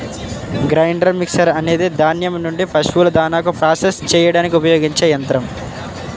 grinder mixer అనేది ధాన్యం నుండి పశువుల దాణాను ప్రాసెస్ చేయడానికి ఉపయోగించే యంత్రం